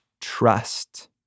trust